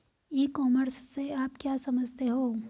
ई commerce से आप क्या समझते हो?